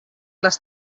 les